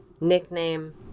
Nickname